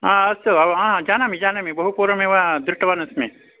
हा अस्तु हा जानामि जानामि बहु पूर्वमेव दृष्टवान् अस्मि